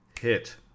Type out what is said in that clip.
hit